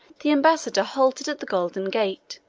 the ambassador halted at the golden gate,